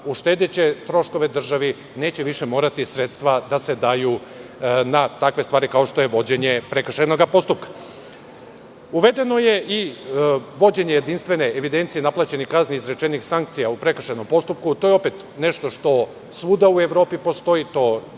uštedeće troškove državi, neće više morati sredstva da se daju na takve stvari kao što je vođenje prekršajnog postupka. Uvedeno je i vođenje jedinstvene evidencije naplaćenih kazni izrečenih sankcija u prekršajnom postupku. To je opet nešto što svuda u Evropi postoji, postoji